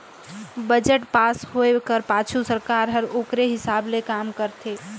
budget पास होए कर पाछू सरकार हर ओकरे हिसाब ले काम करथे